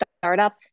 startup